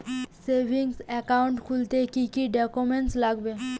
Savings account খুলতে কি কি ডকুমেন্টস লাগবে?